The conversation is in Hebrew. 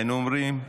היינו אומרים: